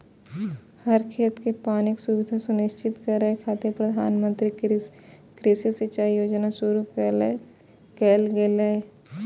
हर खेत कें पानिक सुविधा सुनिश्चित करै खातिर प्रधानमंत्री कृषि सिंचाइ योजना शुरू कैल गेलै